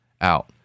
out